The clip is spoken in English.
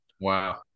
wow